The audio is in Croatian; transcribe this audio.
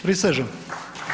Prisežem.